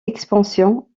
expansion